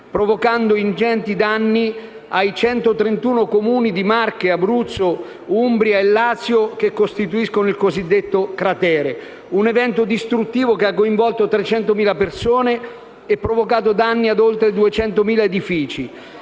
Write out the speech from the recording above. provocando ingenti danni ai 131 Comuni di Marche, Umbria, Abruzzo e Lazio che costituiscono il cosiddetto cratere; un evento distruttivo che ha coinvolto 300.000 persone e provocato danni a oltre 200.000 edifici.